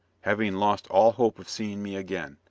having lost all hope of seeing me again.